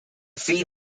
fee